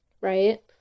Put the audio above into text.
Right